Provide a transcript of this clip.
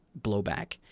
blowback